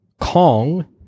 Kong